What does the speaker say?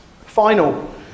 Final